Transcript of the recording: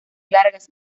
largas